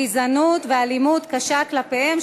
גזענות ואלימות קשה כלפיהם,